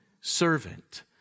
servant